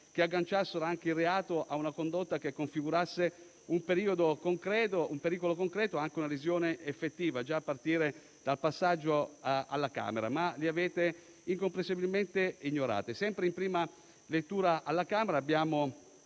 agganciando ad esempio il reato a una condotta che configurasse un pericolo concreto e un'adesione effettiva, a partire dal passaggio alla Camera. Li avete incomprensibilmente ignorati. Sempre in prima lettura alla Camera abbiamo